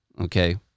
Okay